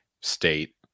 state